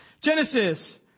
genesis